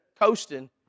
coasting